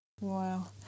wow